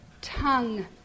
Tongue